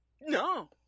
No